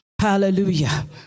Hallelujah